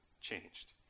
changed